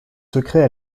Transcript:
secrets